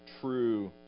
true